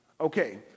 Okay